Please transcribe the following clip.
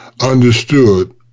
understood